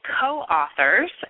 co-authors